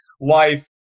life